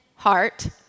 heart